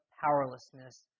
powerlessness